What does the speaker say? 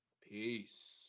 Peace